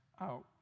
out